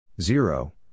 Zero